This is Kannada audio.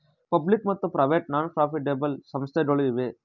ಪಬ್ಲಿಕ್ ಮತ್ತು ಪ್ರೈವೇಟ್ ನಾನ್ ಪ್ರಾಫಿಟೆಬಲ್ ಸಂಸ್ಥೆಗಳು ಇವೆ